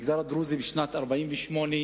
המגזר הדרוזי, בשנת 1948,